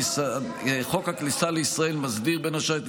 חוק הכניסה לישראל מסדיר בין השאר את